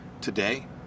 Today